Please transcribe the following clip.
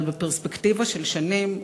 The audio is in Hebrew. אבל בפרספקטיבה של שנים,